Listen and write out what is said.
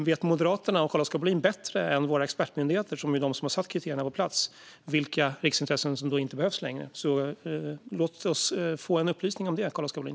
Vet Moderaterna och Carl-Oskar Bohlin bättre än våra expertmyndigheter, som har satt kriterierna på plats, vilka riksintressen som inte behövs längre? Låt oss få en upplysning om det, Carl-Oskar Bohlin.